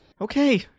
Okay